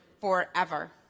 forever